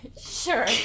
Sure